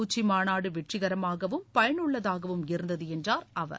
உச்சிமாநாடு வெற்றிகரமாகவும் பயனுள்ளதாகவும் இருந்தது என்றார் அவர்